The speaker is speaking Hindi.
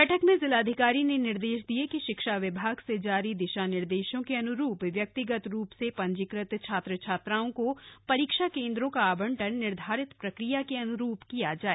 बैठक में जिलाधिकारी ने निर्देश दिये कि शिक्षा विभाग से जारी दिशा निर्देशों के अन्रूप व्यक्तिगत रूप से पंजीकृत छात्र छात्राओं को परीक्षा केन्द्रों का आवंटन निर्धारित प्रक्रिया के अनुरूप किया जाय